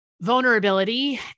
vulnerability